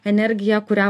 energija kurią